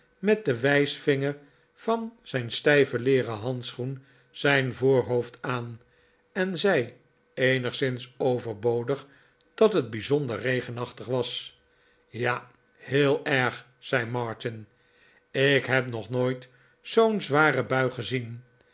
met den wijsvinger van zijn stijven leeren handschoen zijn voorhoofd aan en zei eenigszins overbodig dat het bijzonder regenachtig was ja heel erg zei martin ik heb nog nooit zoo'n zware bui gezien